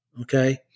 Okay